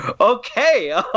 okay